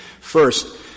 First